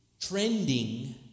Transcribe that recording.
trending